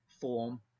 form